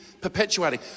perpetuating